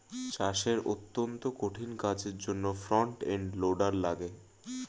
চাষের অত্যন্ত কঠিন কাজের জন্যে ফ্রন্ট এন্ড লোডার লাগে